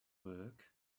work